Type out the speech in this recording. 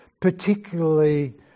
particularly